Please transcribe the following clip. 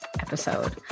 episode